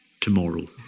tomorrow